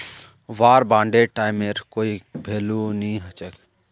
वार बांडेर टाइमेर कोई भेलू नी हछेक